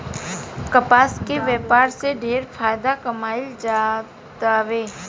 कपास के व्यापार से ढेरे फायदा कमाईल जातावे